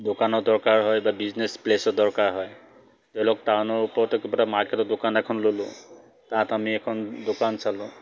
দোকানৰ দৰকাৰ হয় বা বিজনেছ প্লেছৰ দৰকাৰ হয় ধৰি লওক টাউনৰ ওপৰতে কিবা এটা মাৰ্কেটৰ দোকান এখন ল'লোঁ তাত আমি এখন দোকান চালোঁ